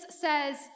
says